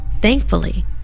Thankfully